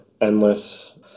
endless